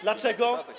Dlaczego?